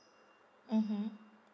mmhmm